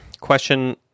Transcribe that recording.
question